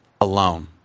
alone